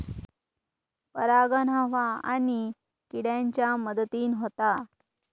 परागण हवा आणि किड्यांच्या मदतीन होता